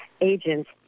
agents